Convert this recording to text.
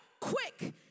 quick